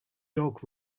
dog